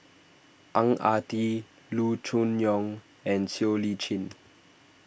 Ang Ah Tee Loo Choon Yong and Siow Lee Chin